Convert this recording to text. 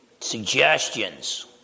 suggestions